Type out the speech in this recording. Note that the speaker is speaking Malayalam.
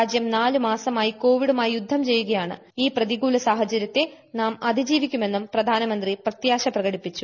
രാജൃം നാല് മാസമായി കോവിഡുമായി യുദ്ധം ചെയ്യുകയാണ് ഈ പ്രതികൂല സാഹചര്യത്തെ നാം അതിജീവിക്കുമെന്ന് പ്രധാനമന്ത്രി പ്രത്യാശ പ്രകടിപ്പിച്ചു